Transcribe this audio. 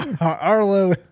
Arlo